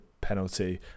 penalty